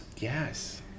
Yes